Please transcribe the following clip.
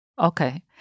Okay